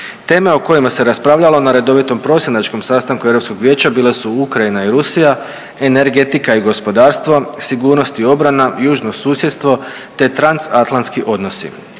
Teme o kojima se raspravljalo na redovitom prosinačkom sastanku Europskog vijeća bile su Ukrajina i Rusija, energetika i gospodarstvo, sigurnost i obrana, južno susjedstvo te transatlantski odnosi.